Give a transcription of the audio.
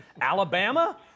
Alabama